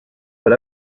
but